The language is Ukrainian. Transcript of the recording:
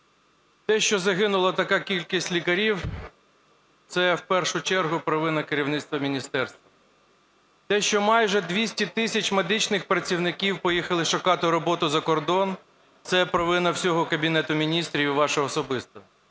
те, що загинула така кількість лікарів – це в першу чергу провина керівництва міністерства. Те, що майже 200 тисяч медичних працівників поїхали шукати роботу за кордон – це провина всього Кабінету Міністрів і ваша особисто.